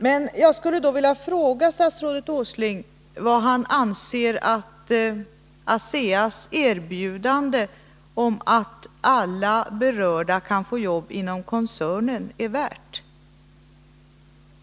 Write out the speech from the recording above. Men jag skulle då vilja fråga statsrådet Åsling vad han anser att ASEA:s erbjudande om att alla berörda kan få jobb inom koncernen är värt.